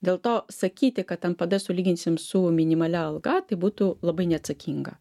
dėl to sakyti kad npd sulyginsim su minimalia alga tai būtų labai neatsakinga